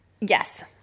Yes